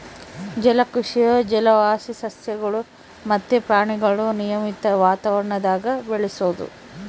ಜಲಕೃಷಿಯು ಜಲವಾಸಿ ಸಸ್ಯಗುಳು ಮತ್ತೆ ಪ್ರಾಣಿಗುಳ್ನ ನಿಯಮಿತ ವಾತಾವರಣದಾಗ ಬೆಳೆಸೋದು